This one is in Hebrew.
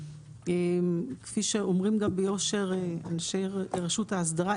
כפי שאומרים גם ביושר רשות האסדרה,